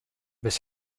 his